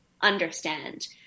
understand